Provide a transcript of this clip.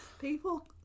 people